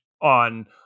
on